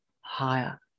higher